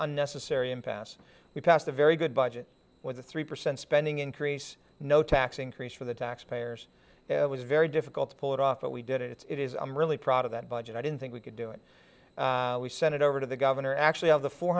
unnecessary impasse we passed a very good budget with a three percent spending increase no tax increase for the tax payers it was very difficult to pull it off but we did it it's i'm really proud of that budget i didn't think we could do it we sent it over to the governor actually of the four